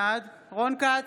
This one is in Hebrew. בעד רון כץ,